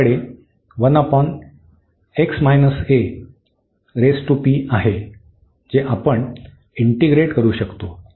आपल्याकडे आहे जे आपण इंटीग्रेट करू शकतो